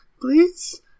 Please